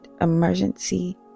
emergency